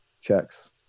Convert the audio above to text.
checks